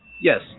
Yes